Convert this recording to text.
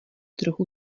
trochu